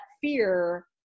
fear